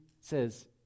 says